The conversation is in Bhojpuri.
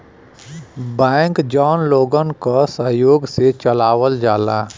बैंक जौन लोगन क सहयोग से चलावल जाला